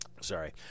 Sorry